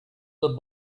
the